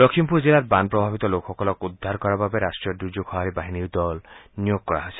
লখিমপুৰ জিলাত বান প্ৰভাৱিত লোকসকলক উদ্ধাৰ কৰাৰ বাবে ৰাষ্ট্ৰীয় দুৰ্যোগ সহায় বাহিনীৰ দল নিয়োগ কৰা হৈছে